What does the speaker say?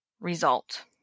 result